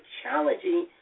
challenging